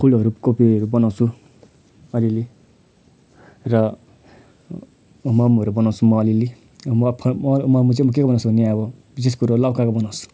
फुलहरू कोपीहरू बनाउँछु अलिअलि र मोमोहरू बनाउँछु म अलिअलि म मोमो चाहिँ म के को बनाउँछु भने अब विशेष कुरा लौकाको बनाउँछु